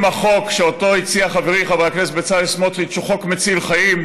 אם החוק שאותו הציע חברי חבר הכנסת בצלאל סמוטריץ הוא חוק מציל חיים,